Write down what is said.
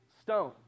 Stone